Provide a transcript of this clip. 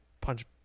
punch